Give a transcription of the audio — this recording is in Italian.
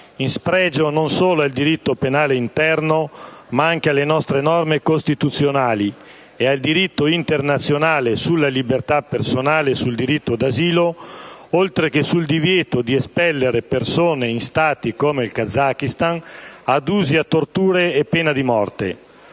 in spregio non solo al diritto penale interno, ma anche alle nostre norme costituzionali e al diritto internazionale sulla libertà personale e sul diritto d'asilo, oltre che sul divieto di espellere persone in Stati come il Kazakistan adusi a torture e pena di morte,